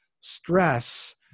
stress